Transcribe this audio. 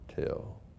tell